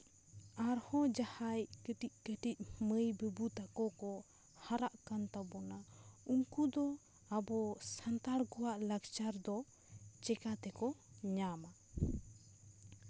ᱟᱨᱦᱚᱸ ᱡᱟᱦᱟᱸᱭ ᱠᱟᱹᱴᱤᱡ ᱠᱟᱹᱴᱤᱡ ᱢᱟᱹᱭ ᱵᱟᱹᱵᱩ ᱛᱟᱠᱚ ᱠᱚ ᱦᱟᱨᱟᱜ ᱠᱟᱱ ᱛᱟᱵᱳᱱᱟ ᱩᱱᱠᱩ ᱫᱚ ᱟᱵᱚ ᱥᱟᱱᱛᱟᱲ ᱠᱚᱣᱟᱜ ᱞᱟᱠᱪᱟᱨ ᱫᱚ ᱪᱮᱠᱟ ᱛᱮᱠᱚ ᱧᱟᱢᱟ